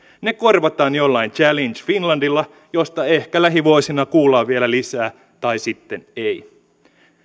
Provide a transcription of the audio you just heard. ne korvataan jollain challenge finlandilla josta ehkä lähivuosina kuullaan vielä lisää tai sitten ei